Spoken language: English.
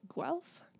Guelph